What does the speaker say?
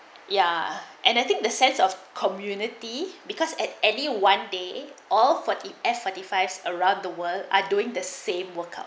ya and I think the sense of community because at any one day all for it F forty fives around the world are doing the same workout